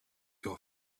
your